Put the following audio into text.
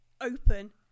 open